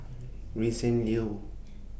Vincent Leow